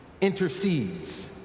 Intercedes